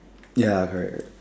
ya correct correct